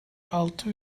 altı